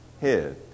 head